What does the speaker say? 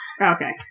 Okay